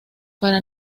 para